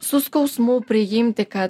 su skausmu priimti kad